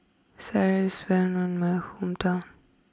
Sireh is well known in my hometown